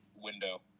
window